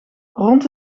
rond